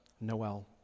Noel